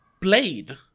Blade